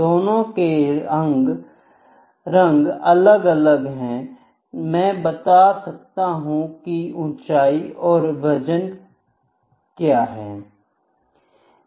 दोनों के अंग अलग अलग हैं मैं बात कर रहा हूं ऊंचाई और वजन की